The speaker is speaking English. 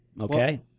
Okay